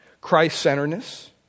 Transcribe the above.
Christ-centeredness